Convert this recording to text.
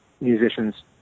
musicians